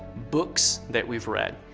books that we've read,